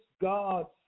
God's